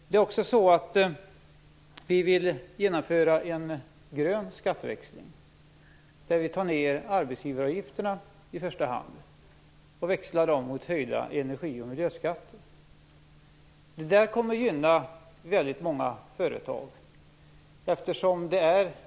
Vi vill också genomföra en grön skatteväxling där vi tar ned arbetsgivaravgifterna i första hand och växlar dem mot höjda energi och miljöskatter. Det kommer att gynna väldigt många företag.